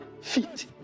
feet